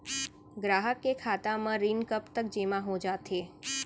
ग्राहक के खाता म ऋण कब तक जेमा हो जाथे?